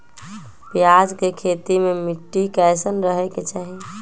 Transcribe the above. प्याज के खेती मे मिट्टी कैसन रहे के चाही?